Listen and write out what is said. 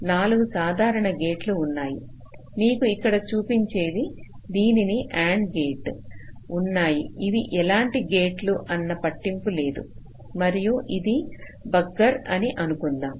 4 సాధారణ గేట్లు ఉన్నాయి మీకు ఇక్కడ చూపించేది దీనికి AND గేట్ ఉన్నాయి అవి ఎలాంటి గేట్లు అన్న పట్టింపు లేదు మరియు ఇది బగ్గర్ అని అనుకుందాం